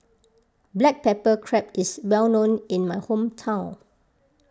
Black Pepper Crab is well known in my hometown